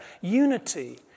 unity